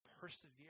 persevere